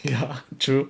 ya true